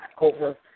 over